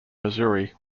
missouri